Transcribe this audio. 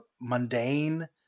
mundane